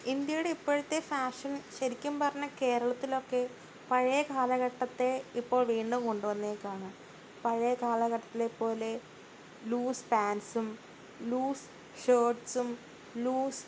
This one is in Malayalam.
ഇന്ത്യയുടെ ഇപ്പോഴത്തെ ഫാഷൻ ശരിക്കും പറഞ്ഞാല് കേരളത്തിലൊക്കെ പഴയ കാലഘട്ടത്തെ ഇപ്പോൾ വീണ്ടും കൊണ്ടു വന്നേക്കുകയാണ് പഴയ കാലഘട്ടത്തിലെ പോലെ ലൂസ് പാൻസും ലൂസ് ഷേർട്ട്സും ലൂസ്